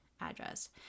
address